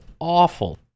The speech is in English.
awful